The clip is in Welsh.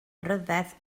ryfedd